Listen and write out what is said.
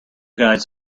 guides